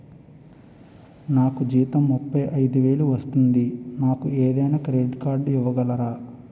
నాకు జీతం ముప్పై ఐదు వేలు వస్తుంది నాకు ఏదైనా క్రెడిట్ కార్డ్ ఇవ్వగలరా?